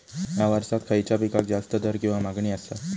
हया वर्सात खइच्या पिकाक जास्त दर किंवा मागणी आसा?